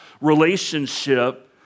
relationship